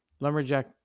Lumberjack